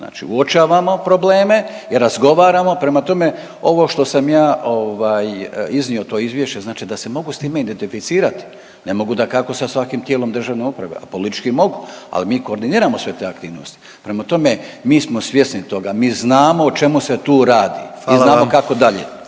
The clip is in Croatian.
koji uočavamo probleme i razgovaramo. Prema tome, ovo što sam ja iznio to izvješće znači da se mogu s time identificirati. Ne mogu dakako sa svakim tijelom državne uprave, ali politički mogu, ali mi koordiniramo sve te aktivnosti. Prema tome, mi smo svjesni toga, mi znamo o čemu se tu radi …/Upadica